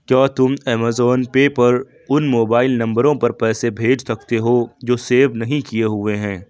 کیا تم Amazon pay پر ان موبائل نمبروں پر پیسے بھیج سکتے ہو جو سیوڈ نہیں کیے ہوئے ہیں